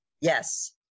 Yes